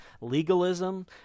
legalism